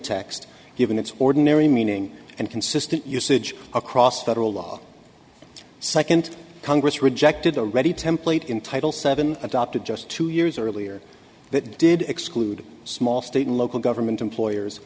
text given its ordinary meaning and consistent usage across that all law second congress rejected already template in title seven adopted just two years earlier that did exclude small state and local government employers